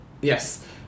Yes